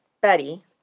Betty